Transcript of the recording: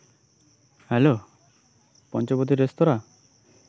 hello ᱯᱚᱧᱪᱚᱵᱚᱴᱤ ᱨᱮᱸᱥᱛᱳᱨᱮ